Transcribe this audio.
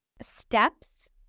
steps